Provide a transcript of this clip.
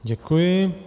Děkuji.